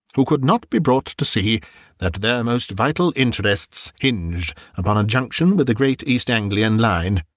who could not be brought to see that their most vital interests hinged upon a junction with the great east anglian line